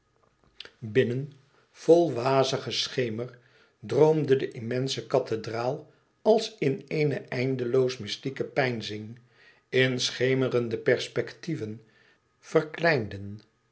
binnen vol wazigen schemer droomde de immense kathedraal als in eene eindeloos mystieke peinzing in schemerende perspectieven verkleinden